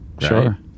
Sure